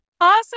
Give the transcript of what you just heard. Awesome